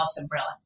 umbrella